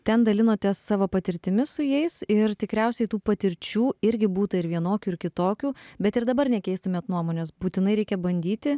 ten dalinotės savo patirtimi su jais ir tikriausiai tų patirčių irgi būta ir vienokių ir kitokių bet ir dabar nekeistumėt nuomonės būtinai reikia bandyti